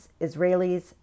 Israelis